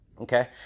okay